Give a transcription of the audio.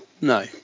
no